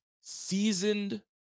seasoned